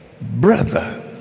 brother